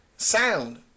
sound